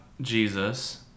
Jesus